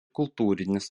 kultūrinis